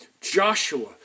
Joshua